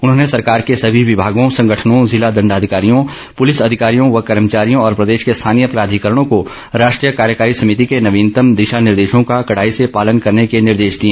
उन्होंने सरकार के सभी विभागों संगठनों जिला दण्डाधिकारियों पुलिस अधिकारियों व कर्मचारियों और प्रदेश के स्थानीय प्राधिकरणों को राष्ट्रीय कार्यकारी समिति के नवीनतम दिशा निर्देशों का कड़ाई से पालन करने के निर्देश दिए